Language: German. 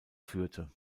führte